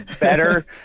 better